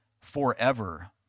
forever